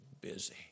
busy